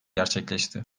gerçekleşti